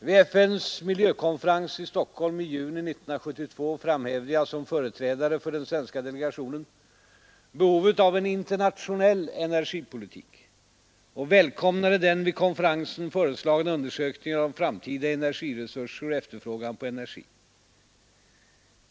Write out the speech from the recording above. Vid FN:s miljökonferens i Stockholm i juni 1972 framhävde jag, som företrädare för den svenska delegationen, behovet av en internationell energipolitik och välkomnade den vid konferensen föreslagna undersökningen av framtida energiresurser och efterfrågan på energi.